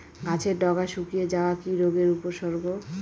গাছের ডগা শুকিয়ে যাওয়া কি রোগের উপসর্গ?